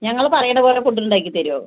ഞങ്ങൾ പറയണ പോലെ ഫുഡ് ഉണ്ടാക്കി തരുമോ